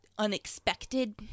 unexpected